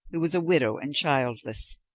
who was a widow and childless.